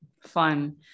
fun